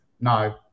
no